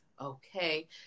okay